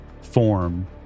form